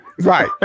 Right